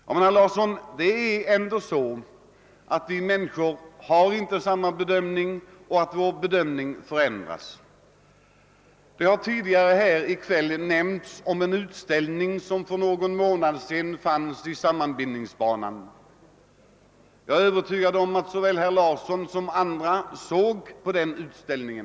Ja, men herr Larsson, det är ändå så att vi människor inte har samma bedömningar, och våra bedömningar förändras. Det har tidigare i kväll talats om en utställ ning som för någon månad sedan visades i sammanbindningsbanan. Jag är övertygad om att herr Larsson liksom andra ledamöter såg denna utställning.